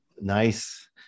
Nice